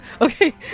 Okay